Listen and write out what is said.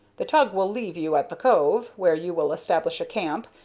the tug will leave you at the cove, where you will establish a camp,